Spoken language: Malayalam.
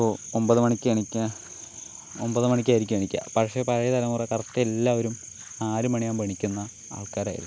ഇപ്പോൾ ഒമ്പത് മണിക്ക് എണീക്ക ഒമ്പത് മണിക്കായിരിക്കും എണീക്കുക പക്ഷെ പഴയ തലമുറ കറക്റ്റ് എല്ലാവരും നാല് മണിയാവുമ്പോൾ എണീക്കുന്ന ആൾക്കാരായിരുന്നു